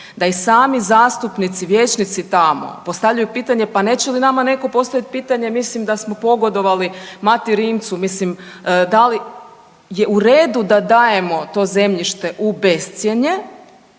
da i sami zastupnici vijećnici tamo postavljaju pitanje pa neće li nama neko postavit pitanje mislim da smo pogodovali Mati Rimcu, mislim da li je u redu da dajemo to zemljište u bescjenje,